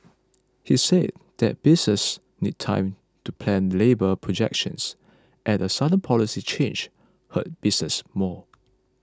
he said that businesses need time to plan labour projections and a sudden policy change hurt businesses more